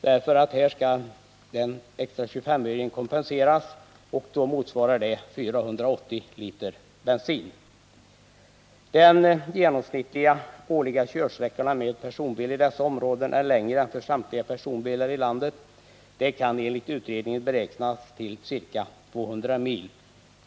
Här skall nämligen den extra 25-öringen kompenseras och det motsvarar 480 liter bensin. De genomsnittliga årliga körsträckorna med personbilar i dessa områden är längre än för samtliga personbilar i landet. De kan enligt utredningen beräknas till ca 200 mil.